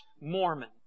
Mormon